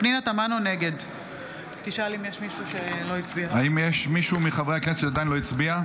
נגד האם יש מישהו מחברי הכנסת שעדיין לא הצביע?